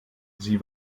sie